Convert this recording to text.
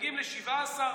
מגיעים ל-17.9%.